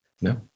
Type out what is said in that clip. No